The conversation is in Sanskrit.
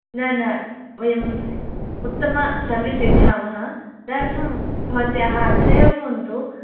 न न वयम् उत्तम सर्विस् यच्छामः तदर्थं भवत्याः अत्रैव भवन्तु